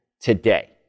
today